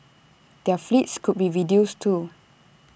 their fleets could be reduced too